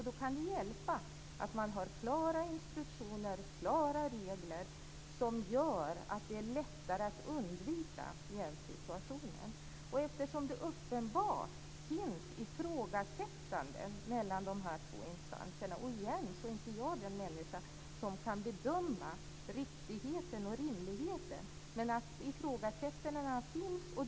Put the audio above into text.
Då kan det hjälpa att man har klara instruktioner och klara regler som gör att det är lättare att undvika jävssituationer. Men det är uppenbart att det finns ifrågasättanden mellan dessa två instanser. Igen är inte jag den människa som kan bedöma riktigheten och rimligheten i det, men ifrågasättandena finns.